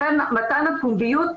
לכן מתן הפומביות,